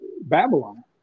Babylon